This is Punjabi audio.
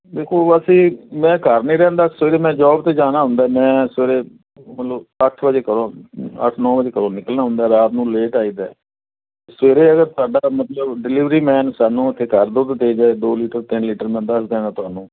ਦੇਖੋ ਅਸੀਂ ਮੈਂ ਘਰ ਨਹੀਂ ਰਹਿੰਦਾ ਸਵੇਰੇ ਮੈਂ ਜੋਬ 'ਤੇ ਜਾਣਾ ਹੁੰਦਾ ਮੈਂ ਸਵੇਰੇ ਮਤਲਬ ਅੱਠ ਵਜੇ ਘਰੋਂ ਅੱਠ ਨੌਂ ਵਜੇ ਘਰੋਂ ਨਿਕਲਣਾ ਹੁੰਦਾ ਰਾਤ ਨੂੰ ਲੇਟ ਆਈ ਦਾ ਸਵੇਰੇ ਅਗਰ ਸਾਡਾ ਮਤਲਬ ਡਿਲੀਵਰੀ ਮੈਨ ਸਾਨੂੰ ਉੱਥੇ ਘਰ ਦੁੱਧ ਦੇ ਜਾਵੇ ਦੋ ਲੀਟਰ ਤਿੰਨ ਲੀਟਰ ਮੈਂ ਦੱਸ ਦਿਆਂਗਾ ਤੁਹਾਨੂੰ